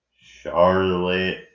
Charlotte